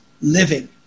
living